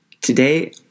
Today